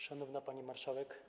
Szanowna Pani Marszałek!